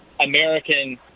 American